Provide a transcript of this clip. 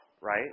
right